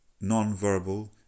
non-verbal